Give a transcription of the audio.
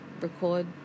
record